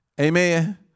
Amen